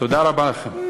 תודה רבה לכם.